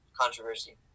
controversy